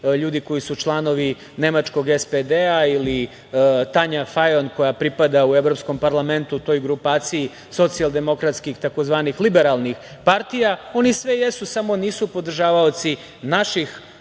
ljudi koji su članovi nemačkog SPD-a ili Tanja Fajon koja pripada u Evropskom parlamentu toj grupaciji socijaldemokratskih tzv. liberalnih partija, oni sve jesu, samo nisu podržavaoci naših